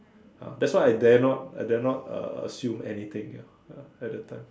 ah that's why I dare not I dare not uh assume anything ya ya at that time